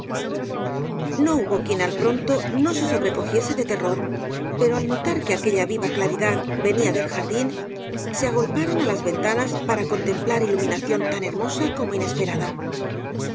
no hubo quien al pronto no se sobrecogiese de terror pero al notar que aquella viva claridad venía del jardín se agolparon á las ventanas para contemplar iluminación tan hermosa como inesperada